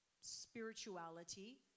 spirituality